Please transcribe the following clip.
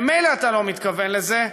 ממילא אתה לא מתכוון לזה.